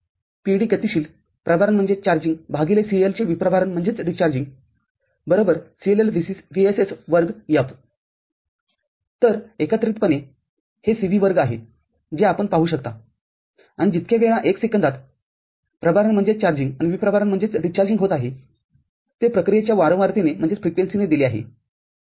PD गतिशील प्रभारन CL चे विप्रभारन CLVSS2f तर एकत्रितपणे हे सी व्ही वर्ग आहे जे आपण पाहू शकता आणि जितक्या वेळा 1 सेकंदात प्रभारन आणि विप्रभारन होत आहे ते प्रक्रियेच्या वारंवारतेने दिले आहे बरोबर